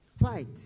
Fight